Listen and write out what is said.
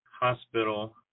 hospital